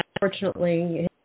unfortunately